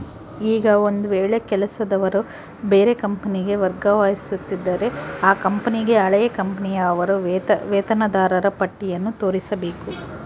ಈಗ ಒಂದು ವೇಳೆ ಕೆಲಸದವರು ಬೇರೆ ಕಂಪನಿಗೆ ವರ್ಗವಾಗುತ್ತಿದ್ದರೆ ಆ ಕಂಪನಿಗೆ ಹಳೆಯ ಕಂಪನಿಯ ಅವರ ವೇತನದಾರರ ಪಟ್ಟಿಯನ್ನು ತೋರಿಸಬೇಕು